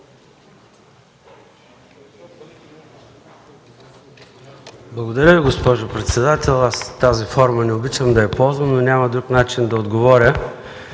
Благодаря Ви, госпожо председател. Аз тази форма не обичам да я ползвам, но нямам друг начин да отговоря